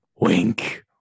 Wink